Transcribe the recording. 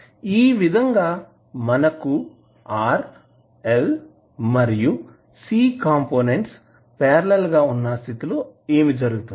ఈ విధంగా మనకు R L మరియు C కాంపోనెంట్స్ పార్లల్ గా వున్న స్థితి లో ఏమి జరుగుతుంది